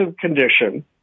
condition